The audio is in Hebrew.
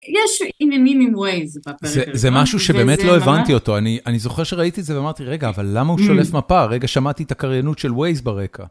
יש עיניינים עם וייז בפרק הזה. זה משהו שבאמת לא הבנתי אותו, אני זוכר שראיתי את זה ואמרתי, רגע, אבל למה הוא שולף מפה? רגע, שמעתי את הקריינות של וייז ברקע.